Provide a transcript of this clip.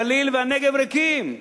הגליל והנגב ריקים.